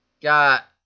Got